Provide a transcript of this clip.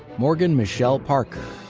morgan michelle parker.